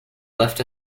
left